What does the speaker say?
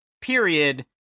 Period